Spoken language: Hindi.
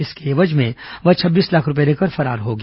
इसके एवज में वह छब्बीस लाख रूपये लेकर फरार हो गया